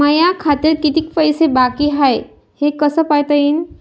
माया खात्यात कितीक पैसे बाकी हाय हे कस पायता येईन?